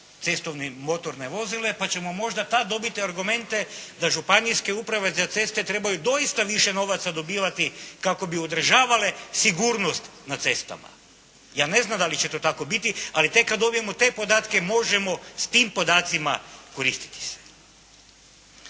cestovna motorna vozila, pa ćemo možda tad dobiti argumente da Županijske uprave za ceste trebaju doista više novaca dobivati kako bi održavale sigurnost na cestama. Ja ne znam da li će to tako biti, ali tek kad dobijemo te podatke možemo s tim podacima koristiti se.